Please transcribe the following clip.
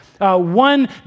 One